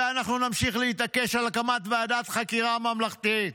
ואנחנו נמשיך להתעקש על הקמת ועדת חקירה ממלכתית".